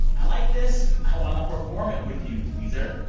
i like this. i want to perform it with you, weezer.